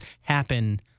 happen